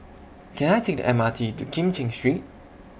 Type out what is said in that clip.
Can I Take The M R T to Kim Cheng Street